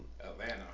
Atlanta